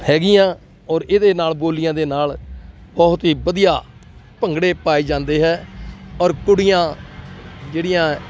ਹੈਗੀਆਂ ਔਰ ਇਹਦੇ ਨਾਲ ਬੋਲੀਆਂ ਦੇ ਨਾਲ ਬਹੁਤ ਹੀ ਵਧੀਆ ਭੰਗੜੇ ਪਾਏ ਜਾਂਦੇ ਹੈ ਔਰ ਕੁੜੀਆਂ ਜਿਹੜੀਆਂ